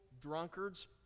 drunkards